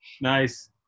Nice